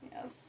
Yes